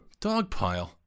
Dogpile